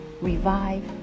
revive